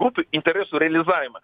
grupių interesų realizavimą